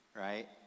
right